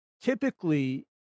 Typically